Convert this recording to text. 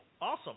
Awesome